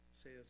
says